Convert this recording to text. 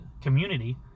community